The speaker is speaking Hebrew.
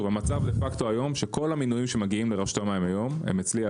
המצב דה פקטו היום שכל המינויים שמגיעים לרשות המים היום הם אצלי על